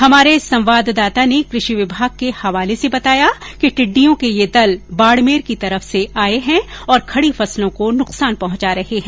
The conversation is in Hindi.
हमारे संवाददाता ने कृषि विभाग के हवाले से बताया कि टिडिडयों के ये दल बाड़मेर की तरफ से आए हैं और खड़ी फसलों को नुकसान पहंचा रहे हैं